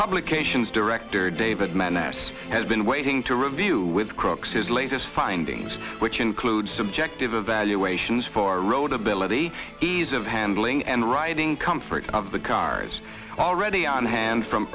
publications director david mess has been waiting to review with crocs his latest findings which include subjective evaluations for road ability ease of handling and riding comfort of the cars already on hand from